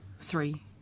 three